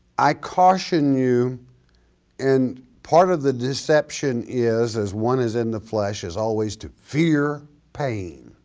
i caution you and part of the deception is as one is in the flesh as always to fear pain.